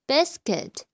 Biscuit